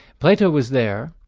plato was there,